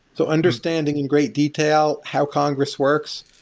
so understanding in great detail how congress works,